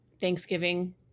Thanksgiving